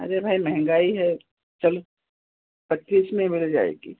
अरे भाई महंगाई है चलो पच्चीस में मिल जाएगी